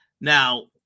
Now